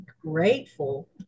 grateful